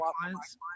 clients